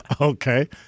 Okay